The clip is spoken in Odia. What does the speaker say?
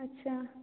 ଆଚ୍ଛା